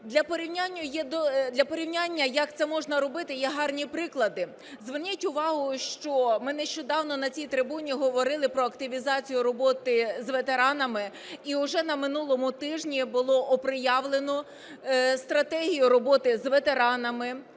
Для порівняння, як це можна робити, є гарні приклади. Зверніть увагу, що ми нещодавно на цій трибуні говорили про активізацію роботи з ветеранами, і вже на минулому тижні було оприявлено стратегію роботи з ветеранами